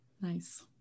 Nice